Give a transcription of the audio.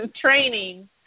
training